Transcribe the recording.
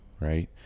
right